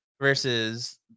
versus